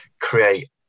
create